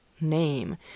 name